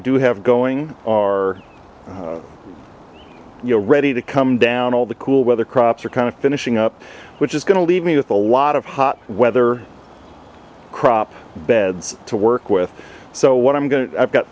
do have going are you ready to come down all the cool weather crops are kind of finishing up which is going to leave me with a lot of hot weather crop beds to work with so what i'm going to i've got